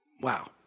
Wow